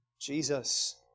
Jesus